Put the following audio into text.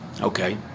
okay